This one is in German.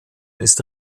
ist